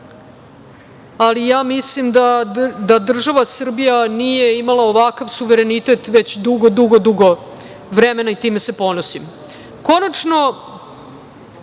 ali ja mislim da država Srbija nije imala ovakav suverenitet, već dugo, dugo, dugo vremena i time se ponosim. Konačno,